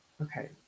Okay